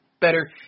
better